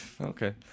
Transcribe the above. Okay